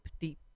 deep